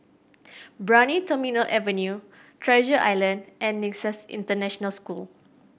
Brani Terminal Avenue Treasure Island and Nexus International School